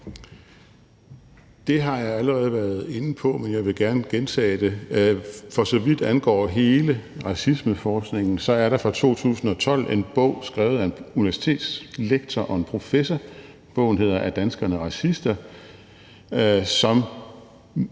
Det har jeg allerede været inde på, men jeg vil gerne gentage det. For så vidt angår hele racismeforskningen, er der en bog fra 2012 skrevet af en universitetslektor og en professor. Bogen hedder »Er danskerne racister?«, og